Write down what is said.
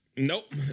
nope